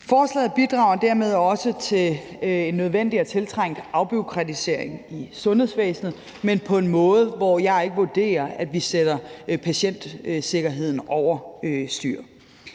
Forslaget bidrager dermed også til en nødvendig og tiltrængt afbureaukratisering i sundhedsvæsenet, men på en måde, hvor jeg ikke vurderer, at vi sætter patientsikkerheden over styr.